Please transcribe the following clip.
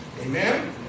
Amen